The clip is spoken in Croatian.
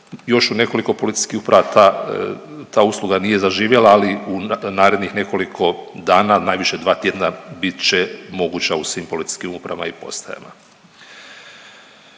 Još u nekoliko policijskih uprava ta usluga nije zaživjela, ali u narednih nekoliko dana, najviše 2 tjedna bit će moguća u svim policijskim upravama i postajama.